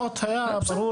בנוגע לעניין.